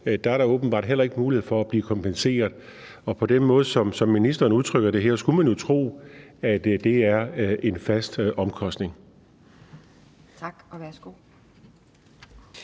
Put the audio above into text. foder er der åbenbart heller ikke mulighed for at blive kompenseret. Og på den måde, som ministeren udtrykker det her, skulle man jo tro, at det er en fast omkostning. Kl.